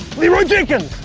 leeroy jenkins.